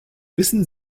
wissen